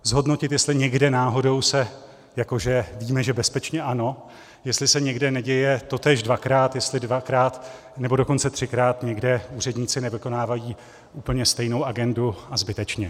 Zhodnotit, jestli se někde náhodou jako že víme, že bezpečně ano jestli se někde neděje totéž dvakrát, jestli dvakrát, nebo dokonce třikrát někde úředníci nevykonávají úplně stejnou agendu, a zbytečně.